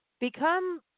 become